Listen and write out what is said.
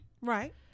right